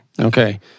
Okay